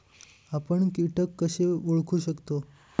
आपण कीटक कसे ओळखू शकतो?